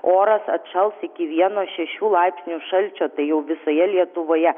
oras atšals iki vieno šešių laipsnių šalčio tai jau visoje lietuvoje